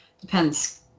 depends